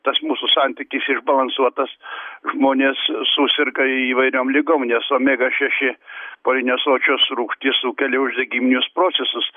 tas mūsų santykis išbalansuotas žmonės suserga įvairiom ligom nes omega šeši polinesočios rūgštys sukelia uždegiminius procesus